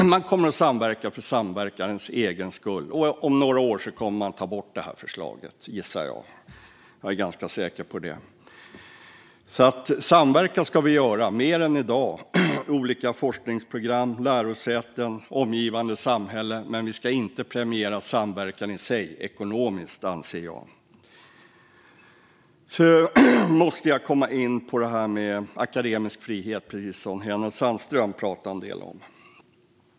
Man kommer att samverka för samverkans egen skull, och jag gissar att förslaget kommer att tas bort om några år. Samverka ska vi göra mer än i dag, det vill säga olika forskningsprogram, lärosäten, omgivande samhälle, men vi ska inte premiera samverkan i sig ekonomiskt. Jag måste komma in på frågan om akademisk frihet, precis som Hänel Sandström.